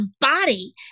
body